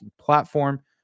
platform